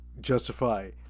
justify